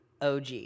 OG